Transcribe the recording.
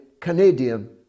Canadian